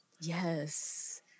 Yes